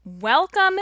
Welcome